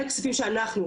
אלה כספים שאנחנו,